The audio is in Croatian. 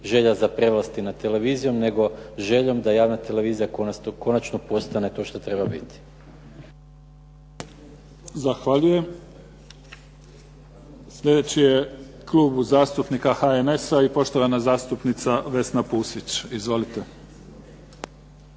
želja za prevlasti nad televizijom nego željom da javna televizija konačno postane to što treba biti.